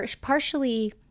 partially